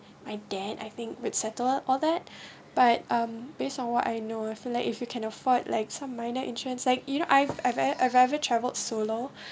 my dad I think will settle all that but um based on what I know I feel like if you can afford like some minor insurance like you know I've I've ever I've ever travelled solo